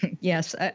Yes